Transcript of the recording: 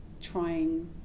trying